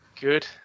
Good